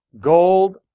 gold